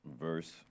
verse